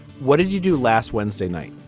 what did you do last wednesday night?